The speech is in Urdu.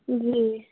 جی